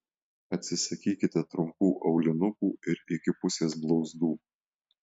atsisakykite trumpų aulinukų ir iki pusės blauzdų